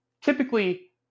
Typically